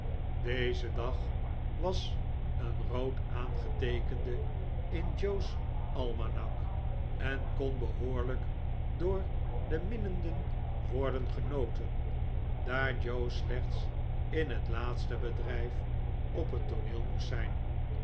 deze dag was een rood aangeteekende in joe's almanak en kon behoorlijk door de minnenden worden genoten daar joe slechts in het laatste bedrijf op het tooneel moest zijn